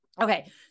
Okay